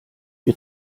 wir